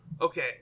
okay